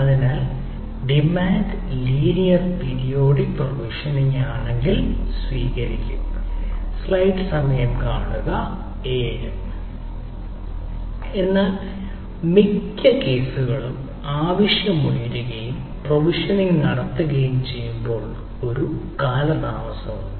എന്നാൽ മിക്ക കേസുകളും ആവശ്യം ഉയരുകയും പ്രൊവിഷനിംഗ് നടത്തുകയും ചെയ്യുമ്പോൾ ഒരു കാലതാമസമുണ്ട്